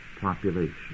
population